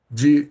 de